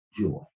joy